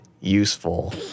useful